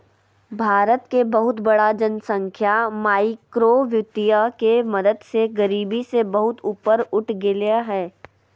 भारत के बहुत बड़ा जनसँख्या माइक्रो वितीय के मदद से गरिबी से बहुत ऊपर उठ गेलय हें